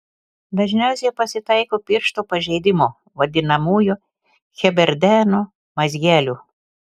dažniausiai pasitaiko piršto pažeidimų vadinamųjų heberdeno mazgelių